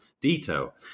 detail